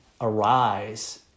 arise